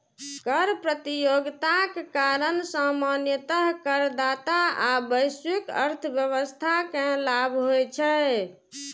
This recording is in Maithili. कर प्रतियोगिताक कारण सामान्यतः करदाता आ वैश्विक अर्थव्यवस्था कें लाभ होइ छै